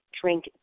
drink